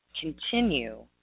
continue